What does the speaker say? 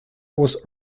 was